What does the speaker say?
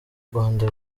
rwanda